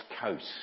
coast